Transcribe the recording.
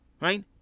Right